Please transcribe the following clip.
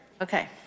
okay